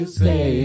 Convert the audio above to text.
say